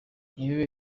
ibihe